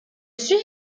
suis